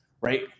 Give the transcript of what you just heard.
right